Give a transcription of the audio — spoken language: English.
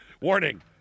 Warning